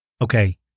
Okay